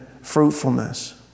fruitfulness